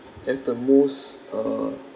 have the most uh